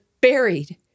buried